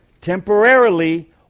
temporarily